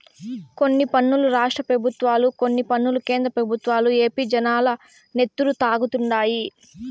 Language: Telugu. కొన్ని పన్నులు రాష్ట్ర పెబుత్వాలు, కొన్ని పన్నులు కేంద్ర పెబుత్వాలు ఏపీ జనాల నెత్తురు తాగుతండాయి